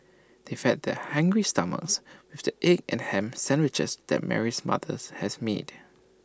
they fed their hungry stomachs with the egg and Ham Sandwiches that Mary's mothers has made